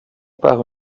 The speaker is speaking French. par